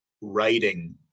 writing